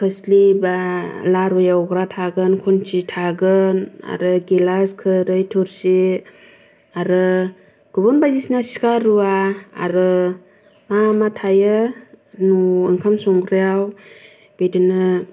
खोर्स्लि बा लारु एवग्रा थागोन खुन्थि थागोन आरो मा मा थायो ओंखाम संग्रायाव बिदिनो